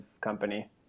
company